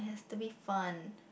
to be fun